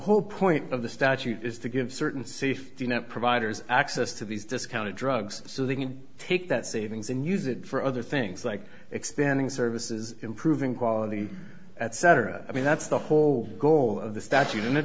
whole point of the statute is to give certain safety net providers access to these discounted drugs so they can take that savings and use it for other things like expanding services improving quality etc i mean that's the whole goal of the statute and it